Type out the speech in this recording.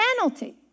penalty